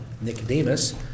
Nicodemus